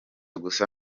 gusa